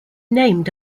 named